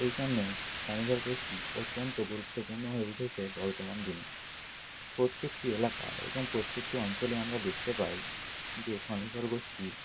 এই জন্যই স্বনির্ভর গোষ্ঠী অত্যন্ত গুরুত্বপূর্ণ হয়ে উঠেছে বর্তমান দিনে প্রত্যেকটি এলাকা এবং প্রত্যেকটি অঞ্চলে আমরা দেখতে পাই যে স্বনির্ভর গোষ্ঠী